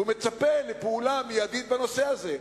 והוא מצפה לפעולה מיידית בנושא הזה,